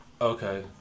Okay